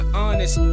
honest